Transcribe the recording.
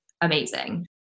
amazing